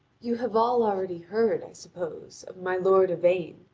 you have all already heard, i suppose, of my lord yvain,